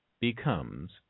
becomes